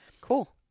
Cool